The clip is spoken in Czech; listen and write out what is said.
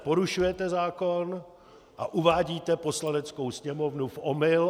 Porušujete zákon a uvádíte Poslaneckou sněmovnu v omyl.